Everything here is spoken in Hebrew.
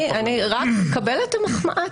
קבל את המחמאה.